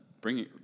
bringing